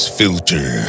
filter